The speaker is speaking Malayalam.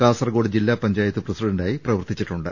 കാസർകോട് ജില്ലാ പഞ്ചാ യത്ത് പ്രസിഡന്റായി പ്രവർത്തിച്ചിട്ടുണ്ട്